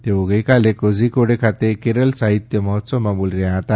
તેઓ ગઈકાલે કોઝીકોડે ખાતે કેરલ સાહિત્ય મહોત્સવમાં બોલી રહ્યા હતા